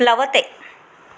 प्लवते